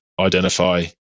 identify